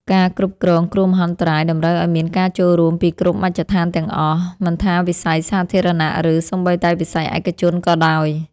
ការគ្រប់គ្រងគ្រោះមហន្តរាយតម្រូវឱ្យមានការចូលរួមពីគ្រប់មជ្ឈដ្ឋានទាំងអស់ មិនថាវិស័យសាធារណៈ ឬសូម្បីតែវិស័យឯកជនក៏ដោយ។